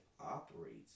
operates